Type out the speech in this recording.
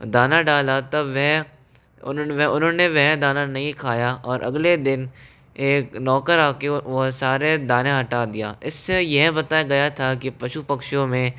दाना डाला तब वह उन्होंने वह उन्होंने वह दाना नहीं खाया और अगले दिन एक नौकर आके वह सारे दाने हटा दिया इससे यह बताया गया था कि पशु पक्षियों में